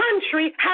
country